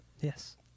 Yes